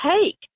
take